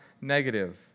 negative